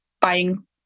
buying